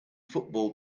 football